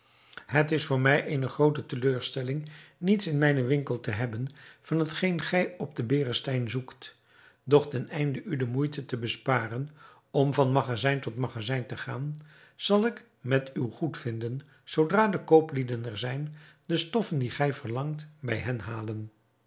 het is voor mij eene groote teleurstelling niets in mijnen winkel te hebben van hetgeen gij op den berestein zoekt doch ten einde u de moeite te besparen om van magazijn tot magazijn te gaan zal ik met uw goedvinden zoodra de kooplieden er zijn de stoffen die gij verlangt bij hen halen